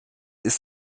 ist